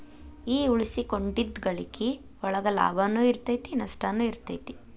ಈ ಉಳಿಸಿಕೊಂಡಿದ್ದ್ ಗಳಿಕಿ ಒಳಗ ಲಾಭನೂ ಇರತೈತಿ ನಸ್ಟನು ಇರತೈತಿ